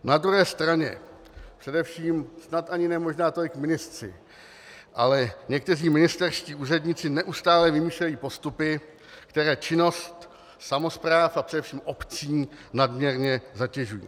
Na druhé straně především snad ani ne možná tolik ministři, ale někteří ministerští úředníci neustále vymýšlejí postupy, které činnost samospráv a především obcí nadměrně zatěžují.